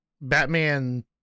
Batman